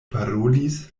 parolis